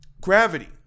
Gravity